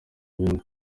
bindi